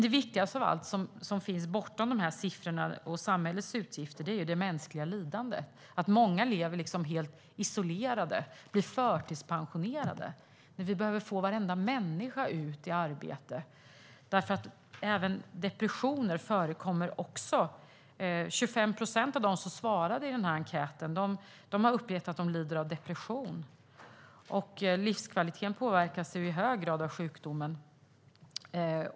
Det viktigaste av allt som finns bortom siffrorna och samhällets utgifter är det mänskliga lidandet. Många lever helt isolerade och blir förtidspensionerade när vi behöver få varenda människa ut i arbete. Även depressioner förekommer. Av dem som svarade i enkäten har 25 procent uppgett att de lider av depression. Livskvaliteten påverkas i hög grad av sjukdomen.